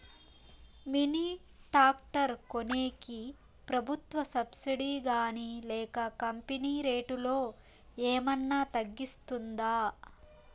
Mini tractor కొనేకి ప్రభుత్వ subsidy గాని లేక కంపెని రేటులో ఏమన్నా తగ్గిస్తుందా?